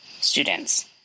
students